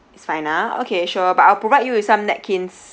it's fine ah okay sure but I'll provide you with some napkins